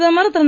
பிரதமர் திரு